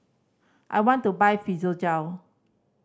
I want to buy Fibogel